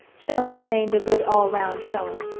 stella obtained a good all-round showing.